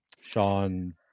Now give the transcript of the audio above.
Sean